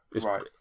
Right